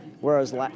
whereas